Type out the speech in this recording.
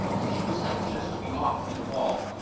and she was anxious to be off to the ball,